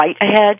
ahead